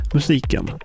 Musiken